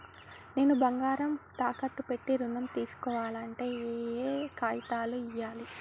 నేను బంగారం తాకట్టు పెట్టి ఋణం తీస్కోవాలంటే ఏయే కాగితాలు ఇయ్యాలి?